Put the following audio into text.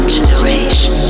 Generation